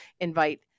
invite